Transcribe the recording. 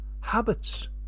habits